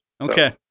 Okay